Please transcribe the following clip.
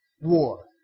war